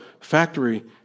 factory